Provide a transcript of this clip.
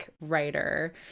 writer